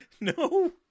No